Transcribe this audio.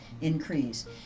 increase